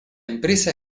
empresa